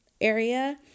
area